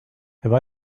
have